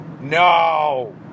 No